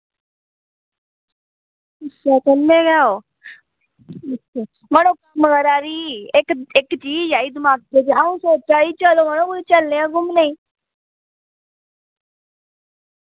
अच्छा कन्नै गै ओ मड़ो मड़ो इक इक चीज आई दमाके च आऊं सोचा दी चलो मड़ो कुते चलने आं घुम्मने